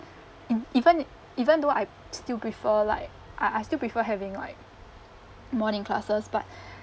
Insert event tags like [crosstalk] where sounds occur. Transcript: mm even even though I still prefer like uh I still prefer having like morning classes but [breath]